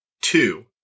two